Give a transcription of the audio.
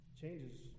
changes